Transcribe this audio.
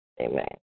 Amen